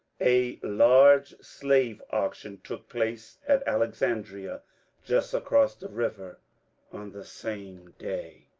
a large slave-auction took place at alex andria just across the river on the same day.